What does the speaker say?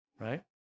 right